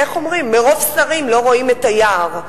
איך אומרים, מרוב שרים לא רואים את היער.